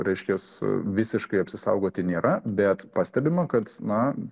reiškias e visiškai apsisaugoti nėra bet pastebima kad na